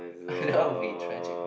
that'll be tragic man